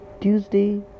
tuesday